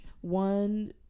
one